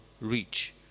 reach